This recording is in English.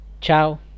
Ciao